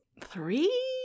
three